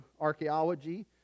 archaeology